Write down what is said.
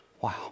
Wow